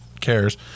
cares